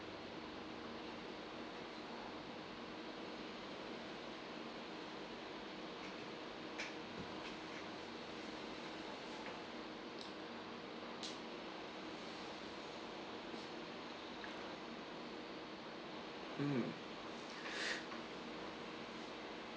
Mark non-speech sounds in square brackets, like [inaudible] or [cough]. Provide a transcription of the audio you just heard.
mm [breath]